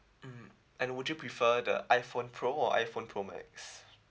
mm and would you prefer the iphone pro or iphone pro max